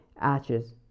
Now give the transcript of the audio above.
ashes